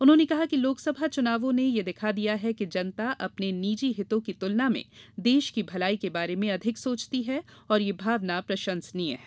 उन्होंने कहा कि लोकसभा चुनावों ने यह दिखा दिया है कि जनता अपने निजी हितों की तुलना में देश की भलाई के बारे में अधिक सोचती है और यह भावना प्रशंसनीय है